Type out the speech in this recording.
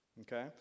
okay